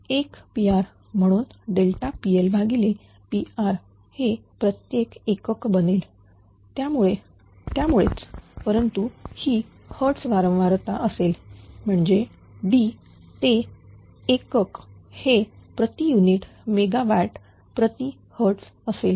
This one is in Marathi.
1 Pr म्हणून PL भागिले Pr हे प्रत्येक एकक बनेल त्यामुळे त्यामुळेच परंतु ही hertz वारंवारता असेल म्हणजे D ते एकक हे प्रतियुनिट मेगावॅट प्रति hertz असेल